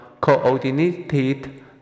coordinated